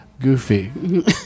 Goofy